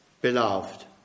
Beloved